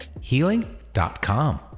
healing.com